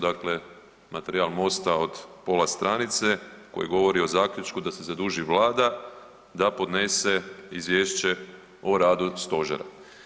Dakle, materijal MOST-a od pola stranice koji govori o zaključku da se zaduži Vlada da podnese Izvješće o radu Stožera.